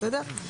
בסדר?